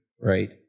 right